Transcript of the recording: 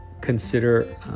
consider